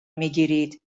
میگیرید